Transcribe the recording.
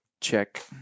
Check